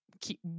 keep